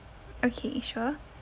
okay sure